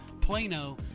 Plano